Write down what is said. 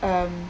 um